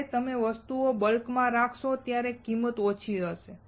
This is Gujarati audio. જ્યારે તમે વસ્તુઓ બલ્કમાં રાખશો ત્યારે કિંમત ઓછી થશે